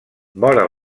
vora